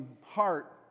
heart